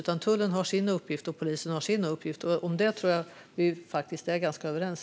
Tullen har sin uppgift, och polisen har sin uppgift. Om det tror jag att vi faktiskt är ganska överens.